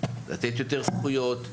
לתת יותר זכויות,